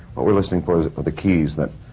what we're listening for is the keys that.